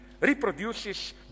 reproduces